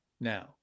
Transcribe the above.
now